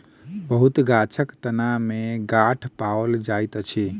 बहुत गाछक तना में गांठ पाओल जाइत अछि